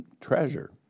treasure